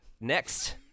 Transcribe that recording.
next